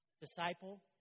Disciple